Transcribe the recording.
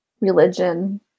religion